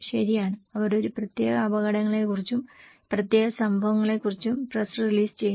ശരിയാണ് അവർ ഒരു പ്രത്യേക അപകടങ്ങളെ കുറിച്ചും പ്രത്യേക സംഭവങ്ങളെ കുറിച്ചും പ്രസ് റിലീസ് ചെയ്യുന്നു